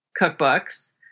cookbooks